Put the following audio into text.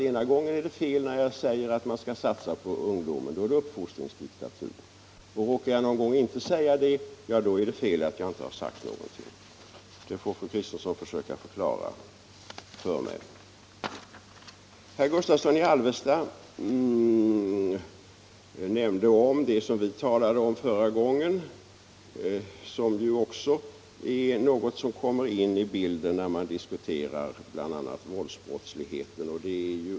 Ena gången är det fel när jag säger att man skall satsa på ungdomen — då är det uppfostringsdiktatur. Om jag en annan gång råkar underlåta att säga det, då är det fel att jag inte sagt någonting sådant. Det här får fru Kristensson försöka förklara för mig. Herr Gustavsson i Alvesta nämnde urbaniseringen, som vi talade om förra gången och som ju också kommer in i bilden när man diskuterar bl.a. våldsbrottsligheten.